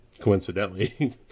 coincidentally